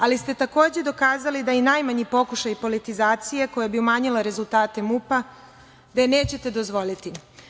Ali, takođe ste dokazali da i najmanji pokušaj politizacije koja bi umanjila rezultate MUP-a, da je nećete dozvoliti.